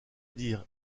dire